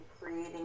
creating